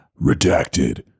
redacted